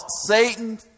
Satan